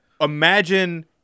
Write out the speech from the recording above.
Imagine